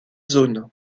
zones